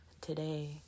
today